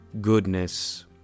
goodness